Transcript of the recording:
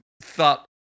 thought